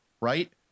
right